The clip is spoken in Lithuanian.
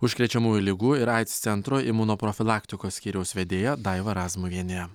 užkrečiamųjų ligų ir aids centro imunoprofilaktikos skyriaus vedėja daiva razmuvienė